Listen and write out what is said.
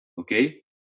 Okay